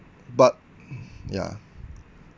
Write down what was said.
but ya